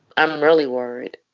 i'm really worried.